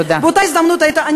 באותה הזדמנות, תודה.